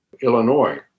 Illinois